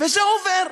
וזה עובר.